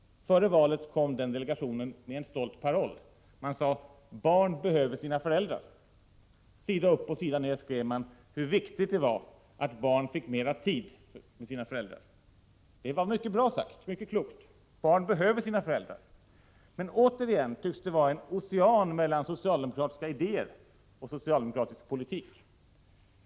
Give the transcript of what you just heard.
Före valet kom den delegationen med en stolt paroll: ”Barn behöver sina föräldrar”. Sida upp och sida ner skrev man om hur viktigt det var att barn fick mera tid tillsammans med sina föräldrar. Det var mycket bra sagt, mycket klokt. Barn behöver verkligen sina föräldrar. Men återigen tycks det vara en ocean mellan socialdemokratiska idéer och socialdemokratisk politik.